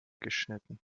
geschnitten